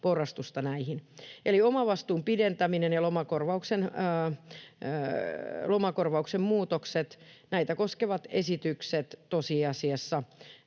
porrastusta näihin. Omavastuun pidentämistä ja lomakorvauksen muutoksia koskevat esitykset tosiasiassa